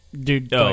dude